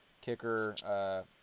kicker